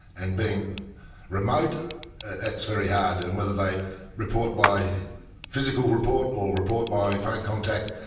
and being remote, that's very hard. and whether they report by physical report or report by phone contact,